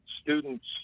students